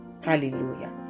Hallelujah